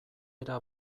era